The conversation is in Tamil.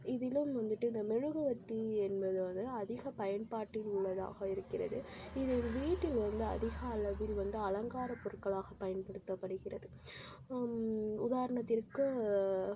இதிலும் வந்துட்டு இந்த மெழுகுவத்தி என்பதை வந்து அதிக பயன்பாட்டில் உள்ளதாக இருக்கிறது இது வீட்டில் வந்து அதிக அளவில் வந்து அலங்கார பொருட்களாக பயன்படுத்த படுகிறது உதாரணத்திற்கு